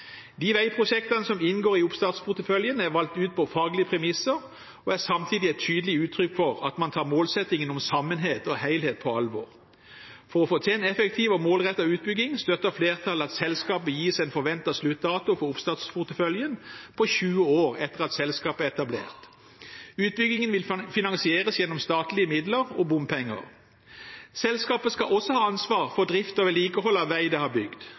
De veiprosjektene som inngår i oppstartsporteføljen, er valgt ut på faglige premisser, og er samtidig et tydelig uttrykk for at man tar målsettingen om sammenheng og helhet på alvor. For å få til en effektiv og målrettet utbygging støtter flertallet at selskapet gis en forventet sluttdato for oppstartsporteføljen på 20 år etter at selskapet er etablert. Utbyggingen vil finansieres gjennom statlige midler og bompenger. Selskapet skal også ha ansvar for drift og vedlikehold av vei det har bygd.